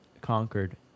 conquered